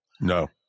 No